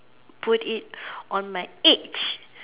put it on my age